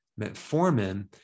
Metformin